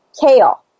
Kale